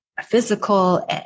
physical